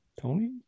Tony